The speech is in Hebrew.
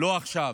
לא עכשיו,